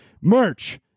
merch